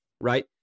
right